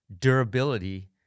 durability